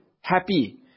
happy